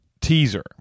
teaser